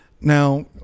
Now